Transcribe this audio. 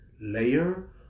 layer